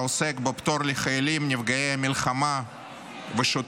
העוסק בפטור מארנונה לחיילים נפגעי המלחמה ושוטרים,